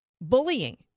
Bullying